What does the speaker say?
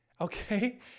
Okay